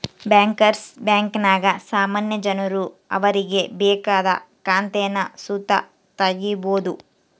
bankers ಬ್ಯಾಂಕಿನಾಗ ಸಾಮಾನ್ಯ ಜನರು ಅವರಿಗೆ ಬೇಕಾದ ಖಾತೇನ ಸುತ ತಗೀಬೋದು